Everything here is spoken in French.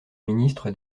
ministre